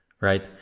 right